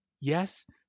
yes